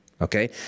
Okay